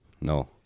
No